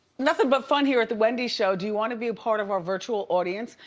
nothing but fun here at the wendy show. do you wanna be a part of our virtual audience?